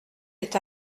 est